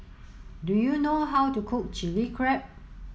do you know how to cook Chili Crab